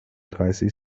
dreißig